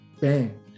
bang